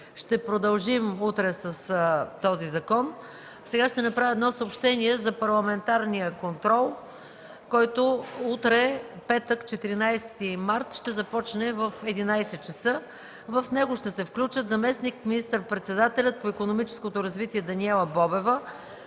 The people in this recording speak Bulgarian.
Ще продължим утре с този закон. Сега ще направя едно съобщение за Парламентарния контрол, който утре – петък, 14 март 2014 г., ще започне в 11,00 ч. В него ще се включат: 1. Заместник министър-председателят по икономическото развитие Даниела Бобева,